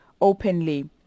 openly